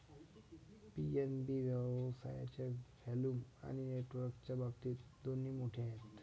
PNB व्यवसायाच्या volume आणि नेटवर्कच्या बाबतीत दोन्ही मोठे आहे